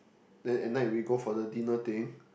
then at night we go for the dinner thing